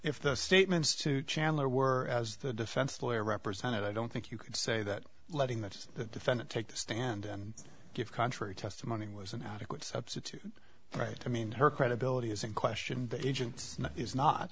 if the statements to chandler were as the defense lawyer represented i don't think you could say that letting the defendant take the stand and give contrary testimony was an adequate substitute right i mean her credibility is in question the agent is not